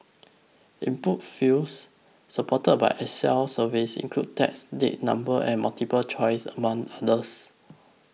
input fields supported by Excel surveys include text date number and multiple choices among others